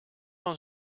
van